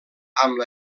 amb